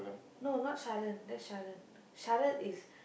no not Sharan that's Sharan Sharath is